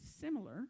similar